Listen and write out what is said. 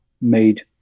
made